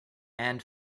and